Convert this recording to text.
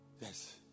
Yes